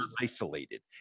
isolated